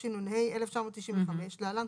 התשנ"ה 1995 (להלן,